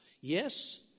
Yes